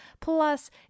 Plus